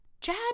Chad